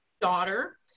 daughter